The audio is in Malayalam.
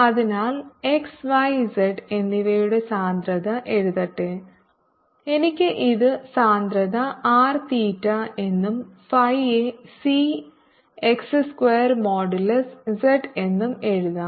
അതിനാൽ x y z എന്നിവയുടെ സാന്ദ്രത എഴുതട്ടെ എനിക്ക് ഇത് സാന്ദ്രത ആർ തീറ്റ എന്നും ഫൈയെ C x square modulus z എന്നും എഴുതാം